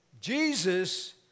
Jesus